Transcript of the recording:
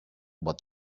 what